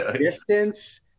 distance